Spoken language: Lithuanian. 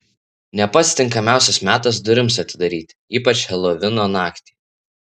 ne pats tinkamiausias metas durims atidaryti ypač helovino naktį